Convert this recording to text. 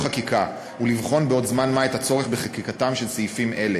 חקיקה ולבחון בעוד זמן-מה את הצורך בחקיקתם של סעיפים אלה.